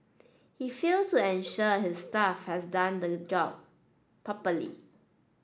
he failed to ensure his staff has done the job properly